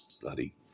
bloody